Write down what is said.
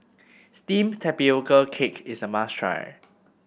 steamed Tapioca Cake is a must try